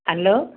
hello